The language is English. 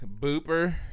Booper